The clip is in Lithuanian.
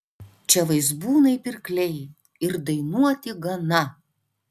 čia vaizbūnai pirkliai ir dainuoti gana